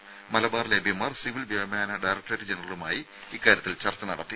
മ മലബാറിലെ എംപിമാർ സിവിൽ വ്യോമയാന ഡയറക്ടറേറ്റ് ജനറലുമായി ഇക്കാര്യത്തിൽ ചർച്ച നടത്തി